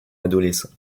adolescent